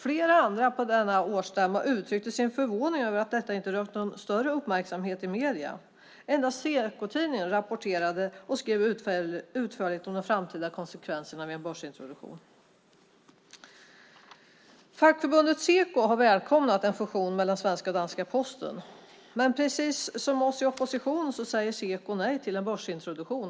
Flera andra på denna årsstämma uttryckte sin förvåning över att detta inte rönt någon större uppmärksamhet i medierna. Endast Sekotidningen rapporterade och skrev utförligt om de framtida konsekvenserna av en börsintroduktion. Fackförbundet Seko har välkomnat en fusion mellan den svenska och den danska Posten, men precis som vi i oppositionen säger Seko nej till en börsintroduktion.